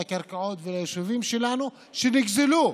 לקרקעות וליישובים שלנו שנגזלו.